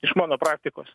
iš mano praktikos